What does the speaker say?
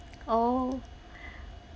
oh